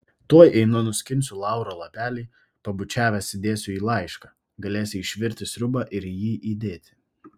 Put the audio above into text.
tuoj einu nuskinsiu lauro lapelį pabučiavęs įdėsiu į laišką galėsi išvirti sriubą ir jį įdėti